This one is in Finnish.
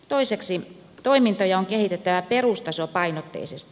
toiseksi toimintoja on kehitettävä perustasopainotteisesti